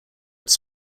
its